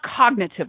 cognitively